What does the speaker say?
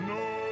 no